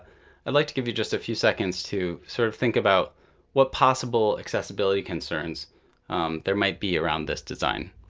i'd like to give you just a few seconds to sort of think about what possible accessibility concerns there might be around this design.